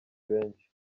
benshi